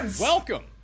Welcome